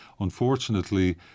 unfortunately